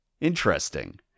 Interesting